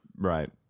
Right